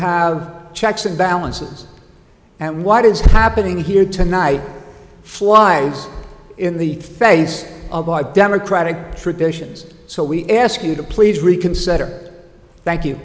have checks and balances and what is happening here tonight fly in the face of our democratic traditions so we ask you to please reconsider